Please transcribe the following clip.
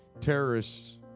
terrorists